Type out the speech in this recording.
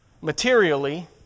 materially